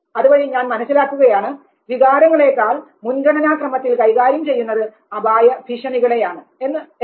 അതുവഴി ഞാൻ മനസ്സിലാക്കുകയാണ് വികാരങ്ങളെക്കാൾ മുൻഗണനാക്രമത്തിൽ കൈകാര്യം ചെയ്യുന്നത് അപായ ഭീഷണികളെ ആണ് എന്ന്